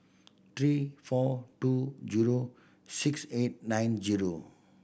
three four two zero six eight nine zero